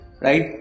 right